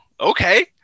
okay